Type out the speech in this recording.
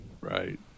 right